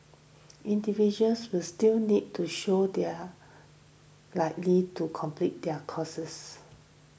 individuals will still need to show they are likely to complete their courses